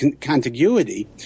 contiguity